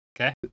okay